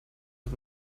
auf